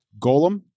golem